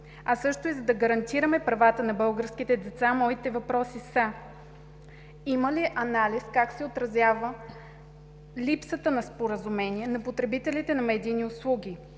а също и за да гарантираме правата на българските деца, моите въпроси са: има ли анализ как се отразява липсата на споразумение на потребителите на медийни услуги?